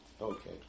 Okay